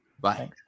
Bye